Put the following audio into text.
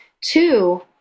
two